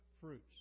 Fruits